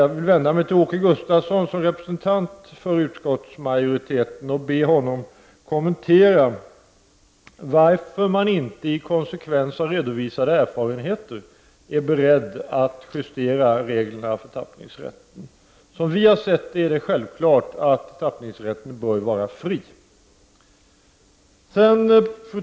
Jag vill vända mig till Åke Gustavsson, som representant för utskottsmajoriteten, och be honom kommentera varför man inte i konsekvens av redovisade erfarenheter är beredd att justera reglerna för tappningsrätten. Som vi har sett det är det självklart att tappningsrätten bör vara fri. Fru talman!